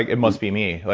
it must be me.